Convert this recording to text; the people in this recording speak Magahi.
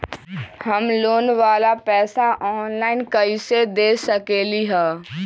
हम लोन वाला पैसा ऑनलाइन कईसे दे सकेलि ह?